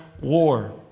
war